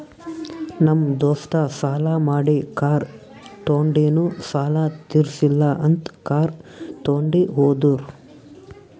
ನಮ್ ದೋಸ್ತ ಸಾಲಾ ಮಾಡಿ ಕಾರ್ ತೊಂಡಿನು ಸಾಲಾ ತಿರ್ಸಿಲ್ಲ ಅಂತ್ ಕಾರ್ ತೊಂಡಿ ಹೋದುರ್